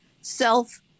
self